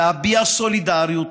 להביע סולידריות,